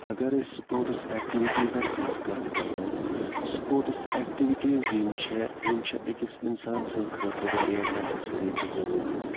اگر أسۍ سپوٹس ایٚکٹِوِٹیٖزَن ہٕنٛز کتھ کَرو سپوٹس ایٚکٹِوِٹیٖز یِم چھےٚ یِم چھَ أکِس اِنسان سٕنٛدۍ خٲطرٕ واریاہ نیٚسَسری تہٕ ضوٚروٗری